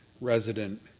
resident